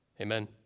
amen